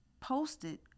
posted